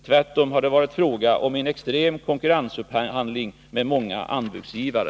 Tvärtom har det varit fråga om en extrem konkurrensupphandling med många anbudsgivare.